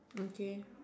okay